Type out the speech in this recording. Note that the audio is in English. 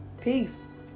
Peace